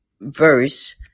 verse